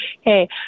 hey